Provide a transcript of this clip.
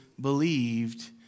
believed